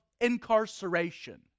incarceration